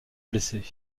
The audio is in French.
blessé